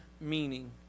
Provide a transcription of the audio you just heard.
meaning